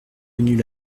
venus